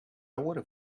would